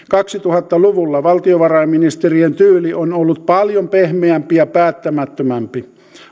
kaksituhatta luvulla valtiovarainministerien tyyli on ollut paljon pehmeämpi ja päättämättömämpi